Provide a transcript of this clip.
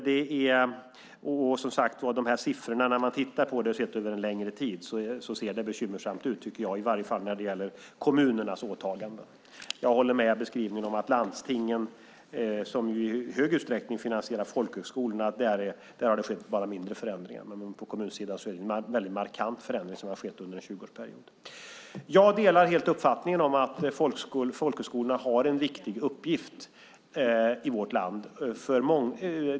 När man tittar på de här siffrorna över en längre tid ser det, som sagt, bekymmersamt ut, tycker jag, i varje fall när det gäller kommunernas åtaganden. Jag håller med om beskrivningen av landstingen, som ju i hög utsträckning finansierar folkhögskolorna. Där har det bara skett mindre förändringar. Men på kommunsidan har det skett en markant förändring under en 20-årsperiod. Jag delar helt uppfattningen att folkhögskolorna har en viktig uppgift i vårt land.